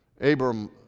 Abram